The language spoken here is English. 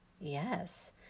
yes